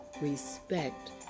respect